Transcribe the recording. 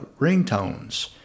ringtones